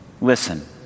listen